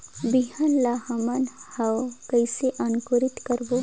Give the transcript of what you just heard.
बिहान ला हमन हवे कइसे अंकुरित करबो?